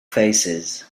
faces